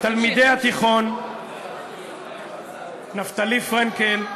תלמידי התיכון נפתלי פרנקל,